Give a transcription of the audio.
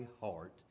heart